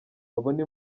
babone